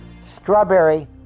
strawberry